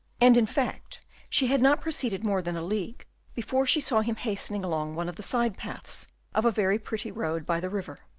and in fact she had not proceeded more than a league before she saw him hastening along one of the side paths of a very pretty road by the river.